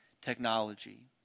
technology